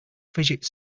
fidget